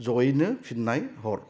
जयैनो फिननाय हर